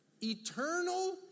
Eternal